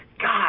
God